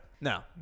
no